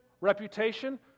Reputation